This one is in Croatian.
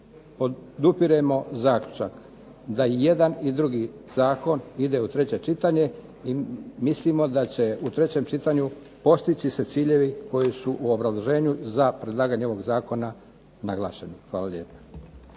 podupiremo zaključak da i jedan i drugi zakon ide u treće čitanje i mislimo da će u trećem čitanju postići se ciljevi koji su u obrazloženju za predlaganje ovog zakona naglašeni. Hvala lijepo.